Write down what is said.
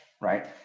right